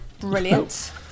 Brilliant